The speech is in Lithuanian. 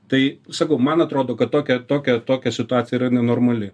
tai sakau man atrodo kad tokia tokia tokia situacija yra nenormali